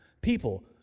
people